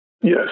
Yes